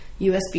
USB